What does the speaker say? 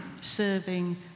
serving